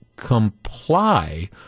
comply